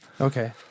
Okay